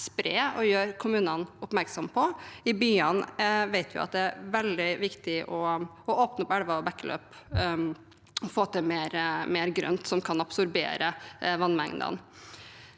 og gjøre kommunene oppmerksomme på. I byene vet vi at det er veldig viktig å åpne opp elver og bekkeløp og få mer grønt som kan absorbere vannmengdene.